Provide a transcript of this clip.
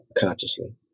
consciously